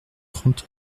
trente